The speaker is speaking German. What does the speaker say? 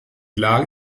lage